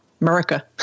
America